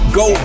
go